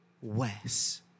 Wes